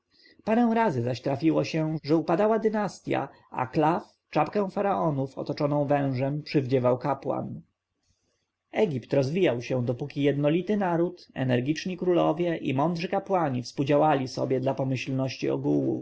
parę razy zaś trafiło się że upadała dynastja a klaff czapkę faraonów otoczoną wężem przywdziewał kapłan egipt rozwijał się dopóki jednolity naród energiczni królowie i mądrzy kapłani współdziałali sobie dla pomyślności ogółu